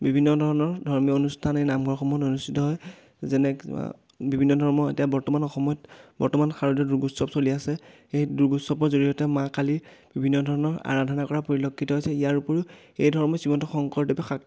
বিভিন্ন ধৰণৰ ধৰ্মীয় অনুষ্ঠান এই নামঘৰসমূহ অনুষ্ঠিত হয় যেনে বিভিন্ন ধৰ্ম এতিয়া বৰ্তমান অসমত বৰ্তমান শাৰদীয় দুৰ্গোৎসৱ চলি আছে সেই দুৰ্গোৎসৱৰ জৰিয়তে মা কালিক বিভিন্ন ধৰণৰ আৰাধনা কৰা পৰিলক্ষিত হৈছে ইয়াৰ উপৰিও এই ধৰ্ম শ্ৰীমন্ত শংকৰদেৱে শাক